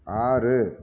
ஆறு